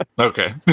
Okay